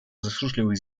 засушливых